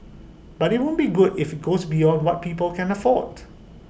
but IT won't be good if goes beyond what people can afford